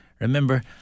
Remember